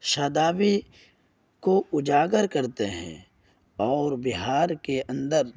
شادابی کو اجاگر کرتے ہیں اور بہار کے اندر